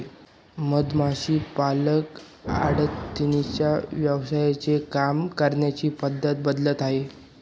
मधमाशी पालक आघाडीच्या व्यवसायांचे काम करण्याची पद्धत बदलत आहे